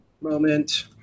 Moment